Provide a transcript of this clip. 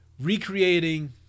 recreating